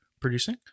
producing